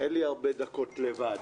ואין לי הרבה דקות לבד,